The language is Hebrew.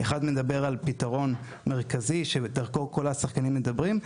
אחד מדבר על פתרון מרכזי שדרכו כל השחקנים מדברים,